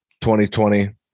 2020